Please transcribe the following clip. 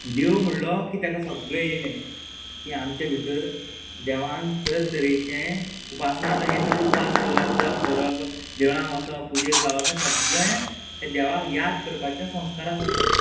देव म्हणलो की ताका सगळें येयलें की आमच्या भितर देवान तरतरेचे उपासना आतां हे सगळे उपास करप जप करप देवळान वसप पुजेक लावप हें सगळें हे देवाक याद करपाचे संस्कार आसात सगळे